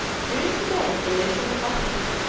during the day he lives in the office,